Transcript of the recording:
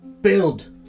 Build